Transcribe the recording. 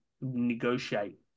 negotiate